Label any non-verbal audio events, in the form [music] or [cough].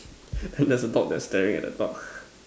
there is a dog that is staring at the dog [breath]